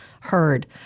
heard